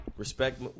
Respect